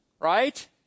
Right